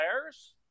players